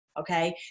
okay